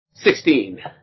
Sixteen